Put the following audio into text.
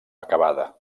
acabada